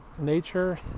nature